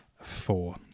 four